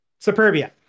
Superbia